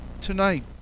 Tonight